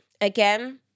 again